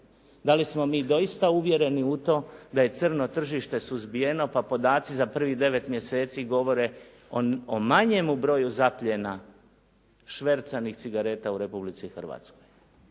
Dali smo mi dosta uvjereni u to da je crno tržište suzbijeno, pa podaci za prvih 9 mjeseci govore o manjem broju zapljena švercanih cigareta u Republici Hrvatskoj.